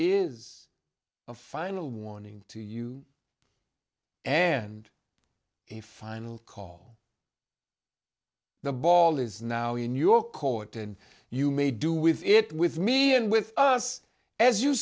is a final warning to you and a final call the ball is now in your court and you may do with it with me and with us as you